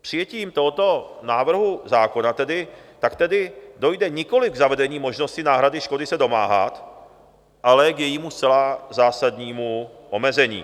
Přijetím tohoto návrhu zákona tak tedy dojde nikoliv k zavedení možnosti náhrady škody se domáhat, ale k jejímu zcela zásadnímu omezení.